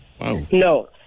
No